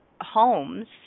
homes